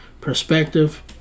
perspective